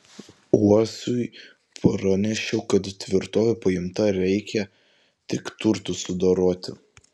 uosiui pranešiau kad tvirtovė paimta reikia tik turtus sudoroti